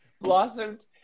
blossomed